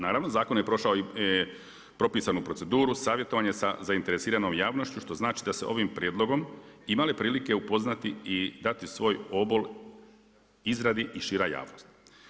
Naravno zakon je prošao i propisanu proceduru, savjetovanje sa zainteresiranom javnošću što znači da se ovim prijedlogom imale prilike upoznati i dati svoj obol izradi i šira javnost.